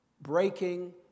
breaking